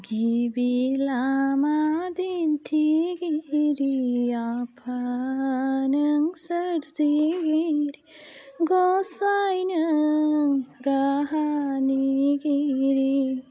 गिबि लामा दिन्थिगिरि आफा नों सोरजिगिरि गसाइ नों राहानि गिरि